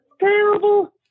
Terrible